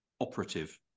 operative